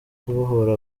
kubohora